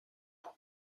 pour